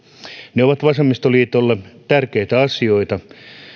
ne ovat vasemmistoliitolle tärkeitä asioita